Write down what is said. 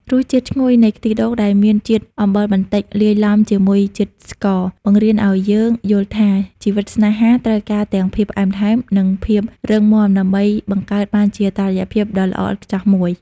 រសជាតិឈ្ងុយនៃ ខ្ទិះដូង ដែលមានជាតិអំបិលបន្តិចលាយឡំជាមួយជាតិស្ករ បង្រៀនឱ្យយើងយល់ថា ជីវិតស្នេហាត្រូវការទាំងភាពផ្អែមល្ហែម និងភាពរឹងមាំដើម្បីបង្កើតបានជាតុល្យភាពដ៏ល្អឥតខ្ចោះមួយ។